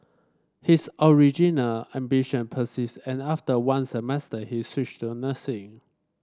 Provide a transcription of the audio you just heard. his original ambition persist and after one semester he switched to nursing